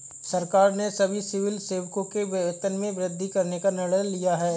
सरकार ने सभी सिविल सेवकों के वेतन में वृद्धि करने का निर्णय लिया है